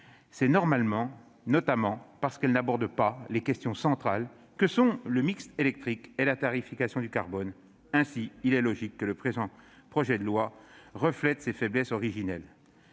d'ici à 2030, notamment parce qu'elles n'abordent pas les questions centrales que sont le mix électrique et la tarification du carbone. » Il est donc logique que le présent projet de loi reflète ces faiblesses originelles.